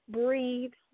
breathe